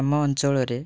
ଆମ ଅଞ୍ଚଳରେ